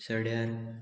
सड्यान